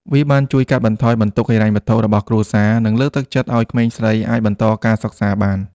វាបានជួយកាត់បន្ថយបន្ទុកហិរញ្ញវត្ថុរបស់គ្រួសារ និងលើកទឹកចិត្តឲ្យក្មេងស្រីអាចបន្តការសិក្សាបាន។